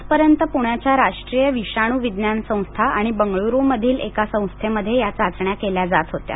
आजपर्यंत पुण्याच्या राष्ट्रीय विषाणू विज्ञान संस्था आणि बंगळूरू मधील एका संस्थेमध्ये या चाचण्या केल्या जात होत्या